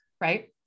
Right